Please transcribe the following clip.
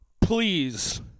Please